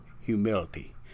humility